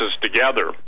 together